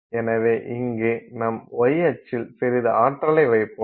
எனவே இங்கே நம் y அச்சில் சிறிது ஆற்றலை வைப்போம்